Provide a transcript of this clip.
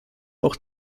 auch